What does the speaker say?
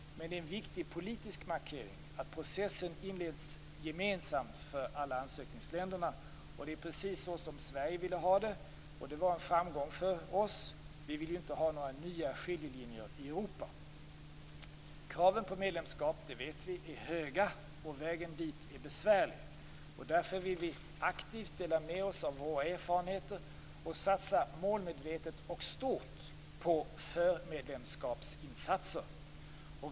Men det är en viktig politisk markering att processen inleds gemensamt för alla ansökarländerna. Det var precis så som Sverige ville ha det, och det var en framgång för oss. Vi vill inte ha några nya skiljelinjer i Europa. Kraven för medlemskap är höga - det vet vi - och vägen dit är besvärlig. Därför vill vi aktivt dela med oss av våra erfarenheter och satsa målmedvetet och stort på förmedlemskapsinsatser.